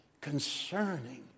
concerning